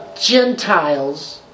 Gentiles